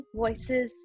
voices